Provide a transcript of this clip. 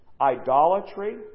Idolatry